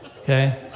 Okay